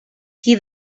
qui